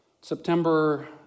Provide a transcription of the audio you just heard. September